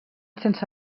sense